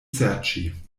serĉi